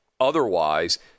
otherwise